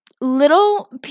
little